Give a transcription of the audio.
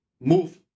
move